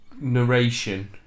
narration